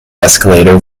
escalator